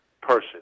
person